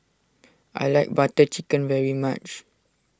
I like Butter Chicken very much